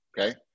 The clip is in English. okay